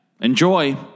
Enjoy